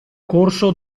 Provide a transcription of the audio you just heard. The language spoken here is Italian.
corso